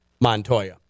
Montoya